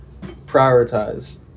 prioritize